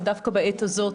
שדווקא בעת הזאת,